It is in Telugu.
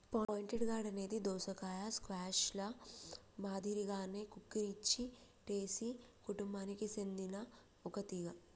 పాయింటెడ్ గార్డ్ అనేది దోసకాయ, స్క్వాష్ ల మాదిరిగానే కుకుర్చిటేసి కుటుంబానికి సెందిన ఒక తీగ